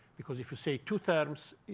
because if you say two terms,